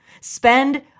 spend